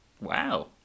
Wow